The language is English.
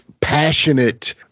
passionate